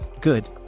Good